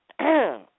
Okay